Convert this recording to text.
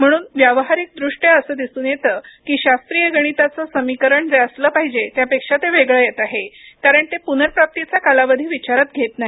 म्हणून व्यावहारिकदृष्ट्या असे दिसून येते की शास्त्रीय गणिताचे समीकरण जे असले पाहिजे त्यापेक्षा ते वेगळे येत आहे कारण ते पुनर्र्राप्तीचा कालावधी विचारात घेत नाही